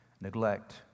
Neglect